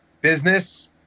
business